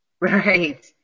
Right